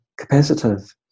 capacitive